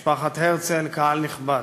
משפחת הרצל, קהל נכבד,